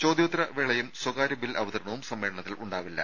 ചോദ്യോത്തര വേളയും സ്വകാര്യ ബിൽ അവതരണവും സമ്മേളനത്തിൽ ഉണ്ടാവില്ല